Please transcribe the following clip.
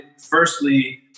firstly